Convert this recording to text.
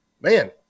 man